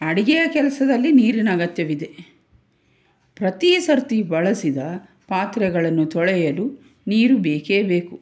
ಅಡಿಗೆಯ ಕೆಲಸದಲ್ಲಿ ನೀರಿನ ಅಗತ್ಯವಿದೆ ಪ್ರತಿ ಸರ್ತಿ ಬಳಸಿದ ಪಾತ್ರೆಗಳನ್ನು ತೊಳೆಯಲು ನೀರು ಬೇಕೇ ಬೇಕು